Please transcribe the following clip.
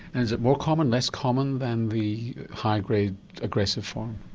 and is it more common, less common than the high-grade aggressive form?